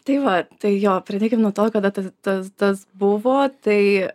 tai va tai jo pradėkim nuo to kada tas tas tas buvo tai